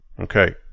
Okay